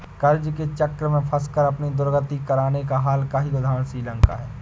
कर्ज के चक्र में फंसकर अपनी दुर्गति कराने का हाल का ही उदाहरण श्रीलंका है